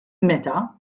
meta